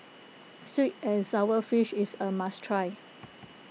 Sweet and Sour Fish is a must try